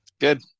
Good